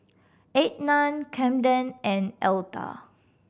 Ednah Camden and Elta